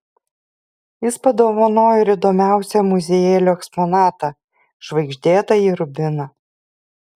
jis padovanojo ir įdomiausią muziejėlio eksponatą žvaigždėtąjį rubiną